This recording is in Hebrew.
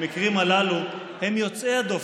המקרים הללו הם יוצאי הדופן,